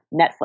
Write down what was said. Netflix